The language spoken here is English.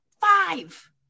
five